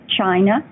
China